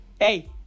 Hey